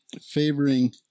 favoring